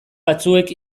batzuek